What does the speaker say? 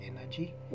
energy